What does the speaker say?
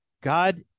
god